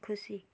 खुसी